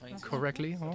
correctly